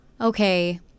Okay